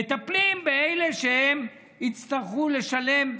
מטפלים באלה שיצטרכו לשלם,